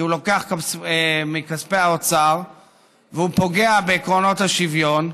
כי הוא לוקח מכספי האוצר והוא פוגע בעקרונות השוויון,